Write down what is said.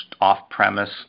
Off-premise